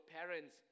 parents